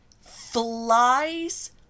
flies